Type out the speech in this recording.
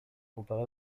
comparé